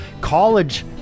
college